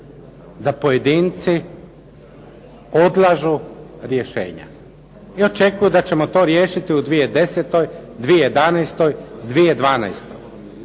da pojedinci odlažu rješenja. I očekuju da ćemo to riješiti u 2010., 2011., 2012.